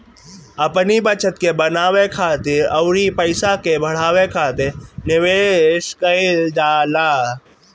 अपनी बचत के बनावे खातिर अउरी पईसा के बढ़ावे खातिर निवेश कईल जाला